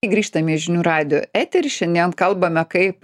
grįžtame į žinių radijo eterį šiandien kalbame kaip